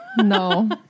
No